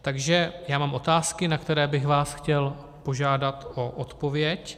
Takže mám otázky, na které bych vás chtěl požádat o odpověď.